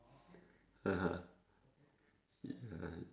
(uh huh) uh